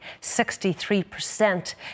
63%